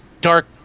dark